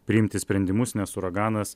priimti sprendimus nes uraganas